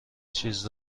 چیز